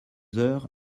heures